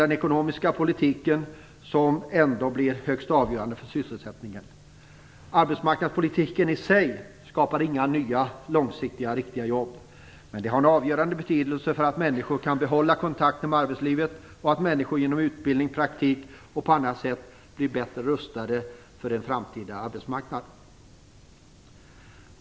Den ekonomiska politiken blir ändå högst avgörande för sysselsättningen. Arbetsmarknadspolitiken i sig skapar inga nya långsiktiga riktiga jobb. Men den har en avgörande betydelse när det gäller att människor skall kunna behålla kontakten med arbetslivet och genom utbildning, praktik och på annat sätt bli bättre rustade för en framtida arbetsmarknad.